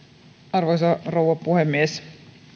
arvoisa rouva puhemies